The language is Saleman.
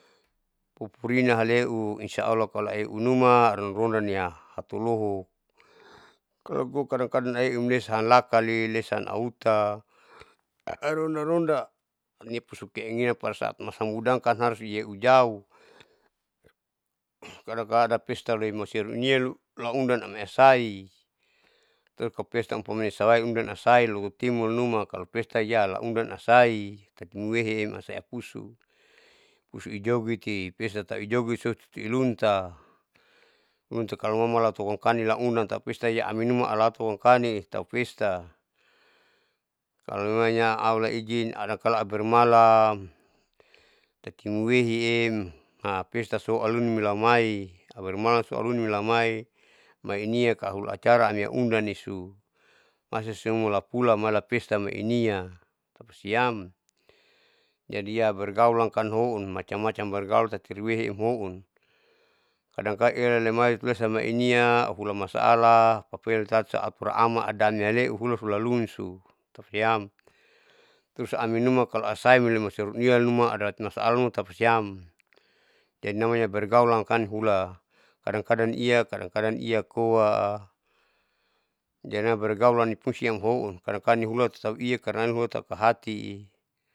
Pupurina haleu insya allah kalo aeunuma rondania hatu lohun kalobu kadang kadang aheuem sanlakali lesa auta aronda ronda nipusu keinginan padasaat pusu hudangkan auheujauh kadang kadang ada pesta lui malusia luneu laundan amiasai, terus kalopesta amnipusawai undang lasahi loho timurnuma hiyah laundan hasai tati nuheem asaia husu husu ijogeti, husuesa tahu ijogethi ilunta ilunta kalomau mala pani laundan lau pesta aminuma alauo mangkali, laupesta kalomemangnya allah ijin adakala aubermalam teti nuehiem pestaso alunin amai aubermalam so auluninla amai maihinianla kaluuacara amia undan nisu, masa soinuma lapula mala peta tauma inian tapasiam, jadi ya bergaul amkan houn macam macam bergaul tati riwehi homhoun kadang kala elalemai bersama inia au hula masala papaela isaiator sama adami haleu hula hulaluniso tapasiam, terus aminuma kalo asaile malusia inian numa adat masalun tatitapasiam, jadi namanya bergaul amkan hula kadang kadang ia kadang kadang iakoa jadina bergaulam nipungsi amhoun kadang kadang nihula tauia karna nuanau kahati.